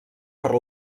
per